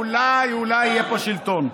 אולי, אולי, אולי, יהיה פה שלטון.